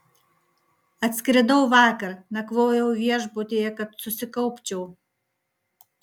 atskridau vakar nakvojau viešbutyje kad susikaupčiau